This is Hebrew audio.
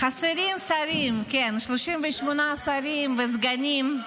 חסרים שרים, כן, 38 שרים וסגנים.